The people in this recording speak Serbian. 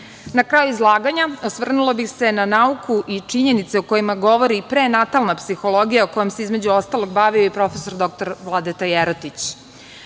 kraju izlaganja osvrnula bih se na nauku i činjenice o kojima govori i prenatalna psihologija kojom se između ostalog bavio i prof. dr Vladeta Jerotić.